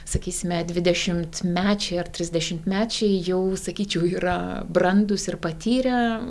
sakysime dvidešimtmečiai ar trisdešimtmečiai jau sakyčiau yra brandūs ir patyrę